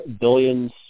billions